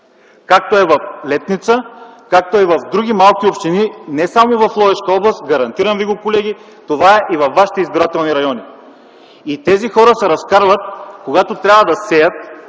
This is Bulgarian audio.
Както е в Летница, както е и в други малки общини, и не само в Ловешка област. Гарантирам ви го, колеги, това е във вашите избирателни райони. Тези хора когато трябва да сеят,